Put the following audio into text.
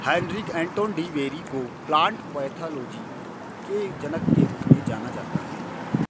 Heinrich Anton de Bary को plant pathology के जनक के रूप में जाना जाता है